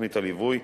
תוכנית הליווי,